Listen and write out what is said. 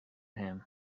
him